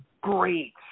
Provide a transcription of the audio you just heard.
great –